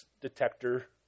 detector